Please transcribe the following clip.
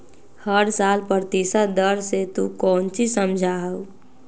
हर साल प्रतिशत दर से तू कौचि समझा हूँ